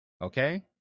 okay